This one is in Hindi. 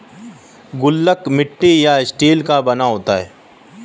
गुल्लक मिट्टी या स्टील का बना होता है